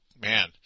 man